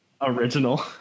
original